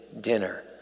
dinner